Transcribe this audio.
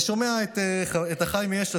אני שומע את אחיי מיש עתיד,